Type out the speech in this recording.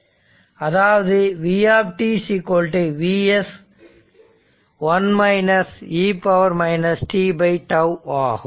அதாவது v Vs 1 e tτ ஆகும்